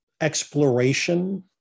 exploration